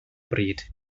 bryd